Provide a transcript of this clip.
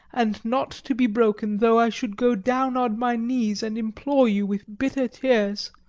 and not to be broken though i should go down on my knees and implore you with bitter tears.